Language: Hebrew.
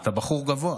אתה בחור גבוה.